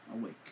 awake